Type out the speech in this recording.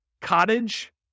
Cottage